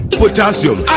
potassium